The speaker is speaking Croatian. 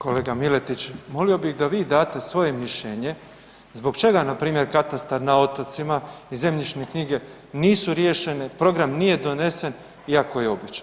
Kolega Miletić, molio bih da vi date svoje mišljenje zbog čega npr. katastar na otocima i zemljišne knjige nisu riješene, program nije donesen ikao je obećan.